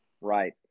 Right